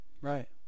Right